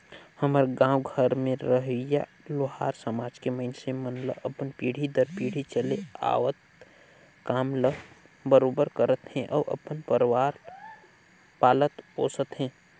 हमर गाँव घर में रहोइया लोहार समाज के मइनसे मन ह अपन पीढ़ी दर पीढ़ी चले आवक काम ल बरोबर करत हे अउ अपन परवार पालत पोसत हे